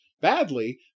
badly